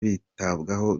bitabwaho